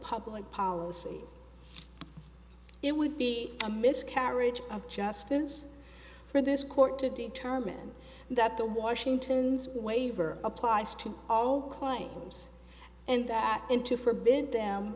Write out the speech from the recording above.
public policy it would be a miscarriage of justice for this court to determine that the washington's waiver applies to all claims and that and to forbid them